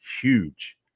huge